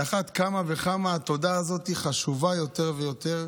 על אחת כמה וכמה התודה הזאת חשובה יותר ויותר